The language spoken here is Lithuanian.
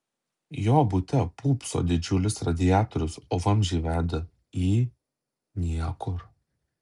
jo bute pūpso didžiulis radiatorius o vamzdžiai veda į niekur